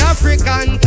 African